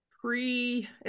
pre